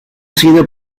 sido